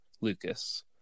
lucas